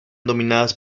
dominadas